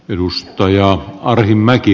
arvoisa puhemies